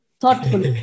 thoughtful